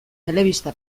telebista